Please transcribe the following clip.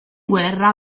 guerra